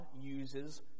uses